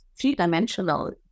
three-dimensional